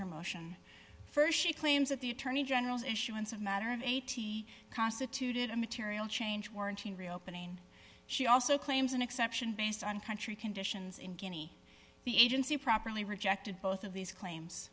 her motion st she claims that the attorney general's issuance of matter of eighty constituted a material change warrant in reopening she also claims an exception based on country conditions in guinea the agency properly rejected both of these claims